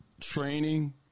training